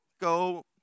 Go